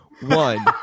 one